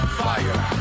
fire